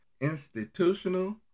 institutional